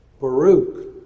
Baruch